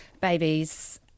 babies